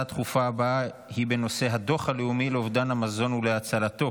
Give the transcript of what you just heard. ההצעה הדחופה הבאה היא בנושא הדוח הלאומי על אובדן המזון והצלתו: